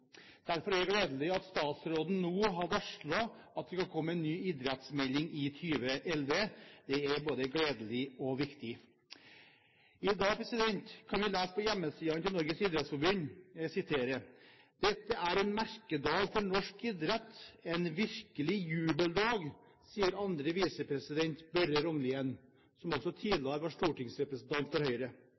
Derfor er det gledelig at statsråden nå har varslet at det skal komme en ny idrettsmelding i 2011. Det er både gledelig og viktig. I dag kan vi lese på hjemmesidene til Norges idrettsforbund: «Dette er en merkedag for norsk idrett, en virkelig jubeldag, sier Børre Rognlien, 2. visepresident.» Han har tidligere også vært stortingsrepresentant for Høyre.